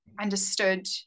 understood